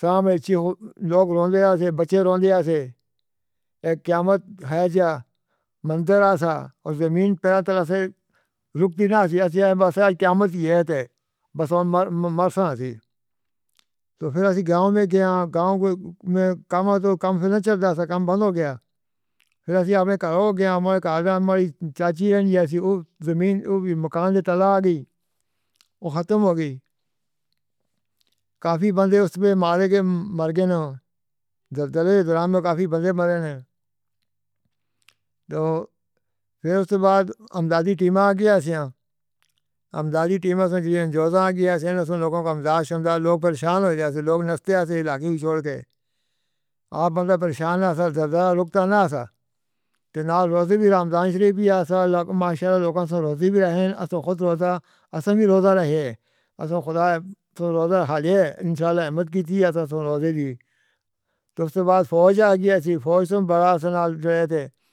شام اچھی ہو— لوگ روں دے آہ تھے، بچے روں دے آہ تھے۔ اک قیامت کھا جا مندر سا۔ اور زمین پیرا تلاسے رُکتی نہ ہاسی۔ اسیں واسطے آج قیامت ہی ہے تے۔ بس مر-سا ہاسی۔ تو پھر اسی گاؤں میں گیا، گاؤں کُ-میں کم ہو تو کم پھر نہ چلدا تھا، کم بن ہو گیا۔ پھر اسی اپنے گھروں گیا۔ ہمارے گھر والے ہماری چاچی رہن جائی سی او زمین او بھی مکان نی تلا آ گئی۔ او ختم ہو گئی۔ کافی بندے اُس میں مارے گئے، م-مر گئے ن۔ دردالے زورا میں کافی بندے مرے نے۔ تو پھر اُس کے بعد امدادی ٹیم آ گئی اسیا۔ امدادی ٹیم اسیں جیݨ جوتیں آگی اسیں لوگوں کو امداشت ہمدا لوگ پریشان ہوئی رہا تھا، لوگ نہ تے ایسے علاقے کو چھوڑ کے۔ آپ بندہ پریشان ہوتا درد کا رُکتی نہ تھا۔ کے نال روزی بھی رمضان شریف بھی آسا لوک ماشاءاللہ لوکاں سُں روزی بھی رہے ہیں۔ اسیں خود روزہ— اسیں بھی روزہ رہے۔ اسیں خدا سو روزہ حالی ہے۔ انشاءاللہ احمد کیتی آتا روزے دی۔ تو اُس سے بعد فوج آگی ایسی فوج سُں بڑا سنال رہے تھے۔